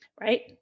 Right